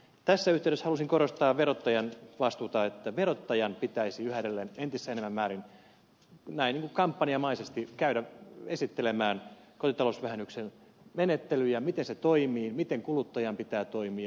tässä yhteydessä haluaisin korostaa verottajan vastuuta että verottajan pitäisi yhä edelleen entistä enenevässä määrin kampanjamaisesti käydä esittelemään kotitalousvähennyksen menettelyjä miten se toimii miten kuluttajan pitää toimia